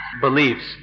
beliefs